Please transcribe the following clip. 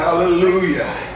Hallelujah